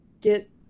get